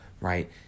right